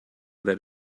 that